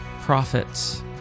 Prophets